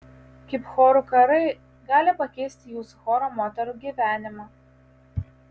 kaip chorų karai gali pakeisti jūsų choro moterų gyvenimą